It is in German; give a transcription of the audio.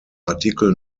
artikel